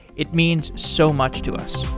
it means so much to us